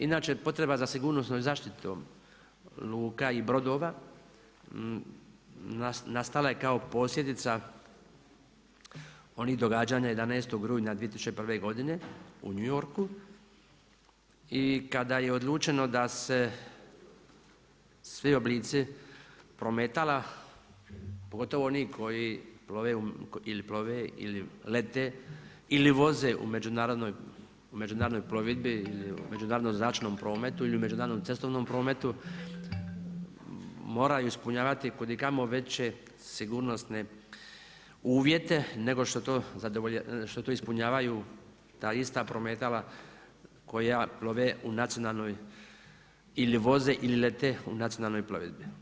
Inače, potreba za sigurnosnoj zaštitom luka i brodova nastala je kao posljedica onih događanja 11. rujna 2001. godine u New Yorku i kada je odlučeno da se svi oblici prometala, pogotovo oni koji ili plove ili lete ili voze u međunarodnoj plovidbi ili međunarodnom zračnom prometu ili međunarodnom cestovnom prometu, moraju ispunjavati kudikamo veće sigurnosne uvjete nego što to ispunjavaju ta ista prometala koja plove u nacionalnoj ili voze ili lete u nacionalnoj plovidbi.